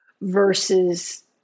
versus